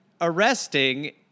arresting